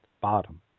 bottom